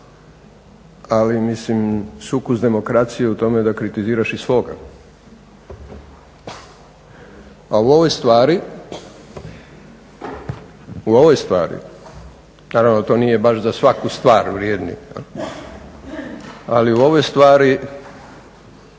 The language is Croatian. ali mislim … demokraciju u tome da kritiziraš i svoga. A u ovoj stvari naravno da to nije baš za svaku stvar vrijedi ali u ovoj stvari